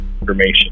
information